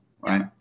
right